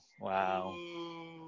Wow